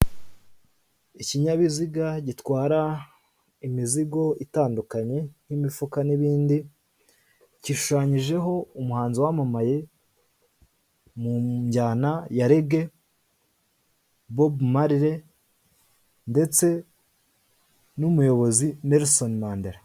Ikinyabiziga gitwara imizigo itandukanye n'imifuka n'ibindi, gishushanyijeho umuhanzi wamamaye mu njyana ya rege Bob Marle ndetse n'umuyobozi Nelson Mandela.